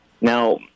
Now